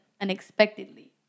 unexpectedly